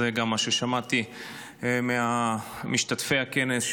זה גם מה ששמעתי ממשתתפי הכנס,